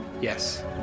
yes